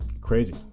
crazy